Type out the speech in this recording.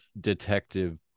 detective